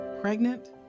Pregnant